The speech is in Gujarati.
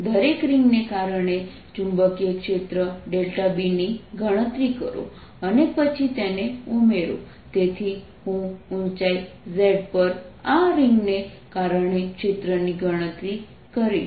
દરેક રિંગને કારણે ચુંબકીય ક્ષેત્ર Bની ગણતરી કરો અને પછી તેને ઉમેરો તેથી હું ઊંચાઈ z પર આ રિંગને કારણે ક્ષેત્રની ગણતરી કરીશ